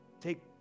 take